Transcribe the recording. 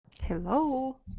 Hello